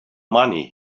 money